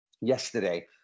yesterday